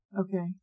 Okay